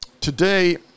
today